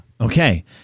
Okay